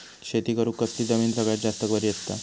शेती करुक कसली जमीन सगळ्यात जास्त बरी असता?